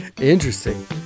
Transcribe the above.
Interesting